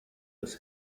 des